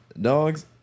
dogs